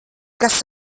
kas